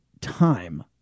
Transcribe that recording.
time